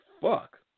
fuck